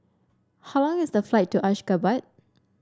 how long is the flight to Ashgabat